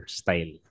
style